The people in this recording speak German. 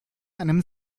einem